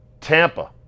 Tampa